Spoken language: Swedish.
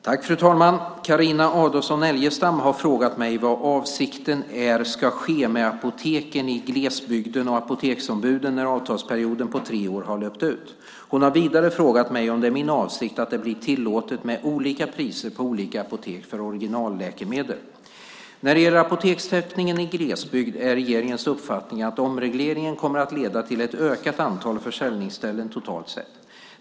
Fru ålderspresident! Carina Adolfsson Elgestam har frågat mig vad avsikten är ska ske med apoteken i glesbygden och apoteksombuden när avtalsperioden på tre år har löpt ut. Hon har vidare frågat mig om det är min avsikt att det blir tillåtet med olika priser på olika apotek för originalläkemedel. När det gäller apotekstäckningen i glesbygd är regeringens uppfattning att omregleringen kommer att leda till ett ökat antal försäljningsställen totalt sett.